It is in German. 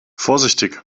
vorsichtig